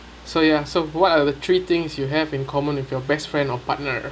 so ya so what are the three things you have in common with your best friend or partner